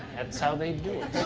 that's how they do it.